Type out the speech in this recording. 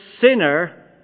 sinner